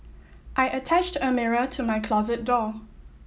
I attached a mirror to my closet door